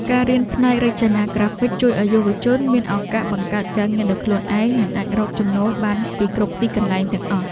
ការរៀនផ្នែករចនាក្រាហ្វិកជួយឱ្យយុវជនមានឱកាសបង្កើតការងារដោយខ្លួនឯង និងអាចរកចំណូលបានពីគ្រប់ទីកន្លែងទាំងអស់។